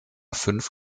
fünf